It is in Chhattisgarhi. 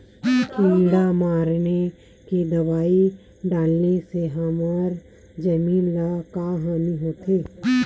किड़ा मारे के दवाई डाले से हमर जमीन ल का हानि होथे?